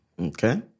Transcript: Okay